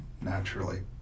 naturally